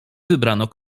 wybrano